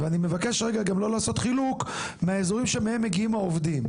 ואני מבקש רגע גם לא לעשות חילוק מהאזורים שמהם מגיעים העובדים.